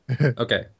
Okay